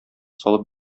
салып